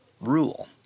rule